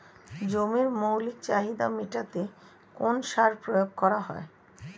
জমির মৌলিক চাহিদা মেটাতে কোন সার প্রয়োগ করা হয়?